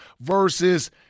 versus